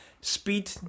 speed